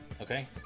Okay